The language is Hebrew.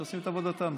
שעושים את עבודתם.